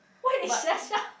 but